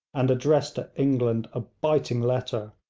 and addressed to england a biting letter,